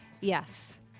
Yes